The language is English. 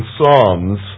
Psalms